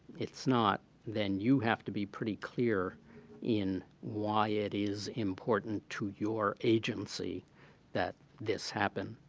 it's not, then you have to be pretty clear in why it is important to your agency that this happened.